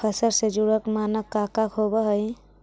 फसल से जुड़ल मानक का का होव हइ?